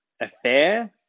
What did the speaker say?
Affair